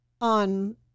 on